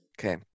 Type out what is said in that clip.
Okay